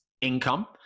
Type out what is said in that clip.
income